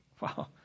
wow